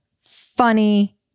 funny